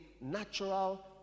natural